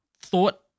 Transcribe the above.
thought